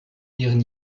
ihren